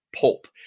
pulp